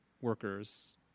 workers